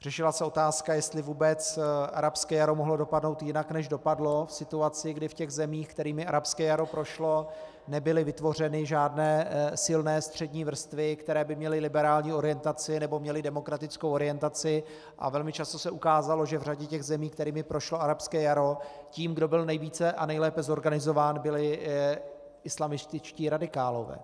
Řešila se otázka, jestli vůbec arabské jaro mohlo dopadnout jinak, než dopadlo v situaci, kdy v těch zemích, kterými arabské jaro prošlo, nebyly vytvořeny žádné silné střední vrstvy, které by měly liberální orientaci nebo měly demokratickou orientaci, a velmi často se ukázalo, že v řadě těch zemí, kterými prošlo arabské jaro, tím, kdo byl nejvíce a nejlépe zorganizován, byli islámští radikálové.